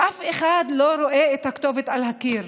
ואף אחד לא רואה את הכתובת על הקיר,